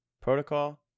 Protocol